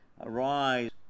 arise